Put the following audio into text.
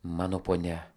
mano ponia